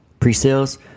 Presales